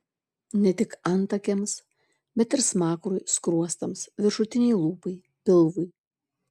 ne tik antakiams bet ir smakrui skruostams viršutinei lūpai pilvui